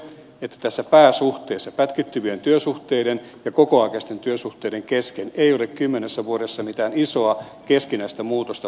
toinen oli se että tässä pääsuhteessa pätkittyvien työsuhteiden ja kokoaikaisten työsuhteiden kesken ei ole kymmenessä vuodessa mitään isoa keskinäistä muutosta tapahtunut